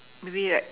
maybe like